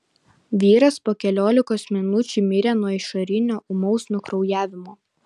vyras po keliolikos minučių mirė nuo išorinio ūmaus nukraujavimo